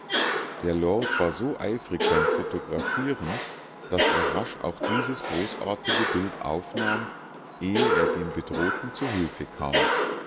der lord war so eifrig beim photographieren daß er rasch auch dieses großartige bild aufnahm ehe er dem bedrohten zu hilfe kam